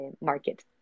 market